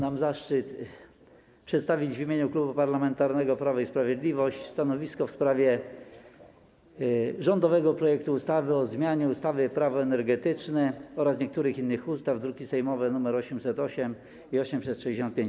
Mam zaszczyt przedstawić w imieniu Klubu Parlamentarnego Prawo i Sprawiedliwość stanowisko w sprawie rządowego projektu ustawy o zmianie ustawy - Prawo energetyczne oraz niektórych innych ustaw, druki sejmowe nr 808 i 865.